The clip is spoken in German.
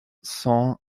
sean